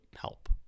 help